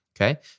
Okay